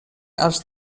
els